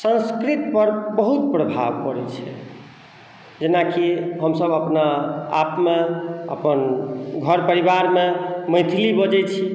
संस्कृतपर बहुत प्रभाव पड़ै छै जेनाकि हमसब अपना आपमे अपन घर परिवारमे मैथिली बजै छी